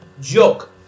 Joke